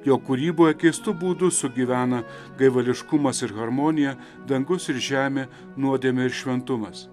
jo kūryboje keistu būdu sugyvena gaivališkumas ir harmonija dangus ir žemė nuodėmė ir šventumas